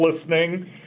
listening